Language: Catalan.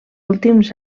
últims